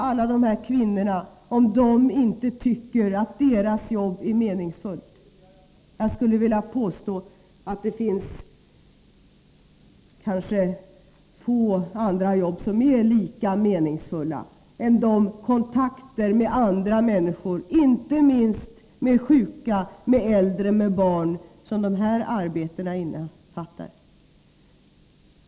Fråga de här kvinnorna om de inte tycker att deras jobb är meningsfullt! Jag skulle vilja påstå att det finns få andra jobb som är lika meningsfulla som de kontakter med andra människor, inte minst sjuka, äldre och barn, som dessa arbeten innefattar.